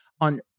on